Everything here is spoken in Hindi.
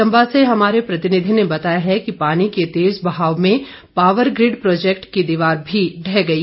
चंबा से हमारे प्रतिनिधि ने बताया है कि पानी के तेज बहाव में पावर ग्रिड प्रौजैक्ट की दीवार भी ढह गई